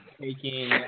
taking